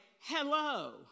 hello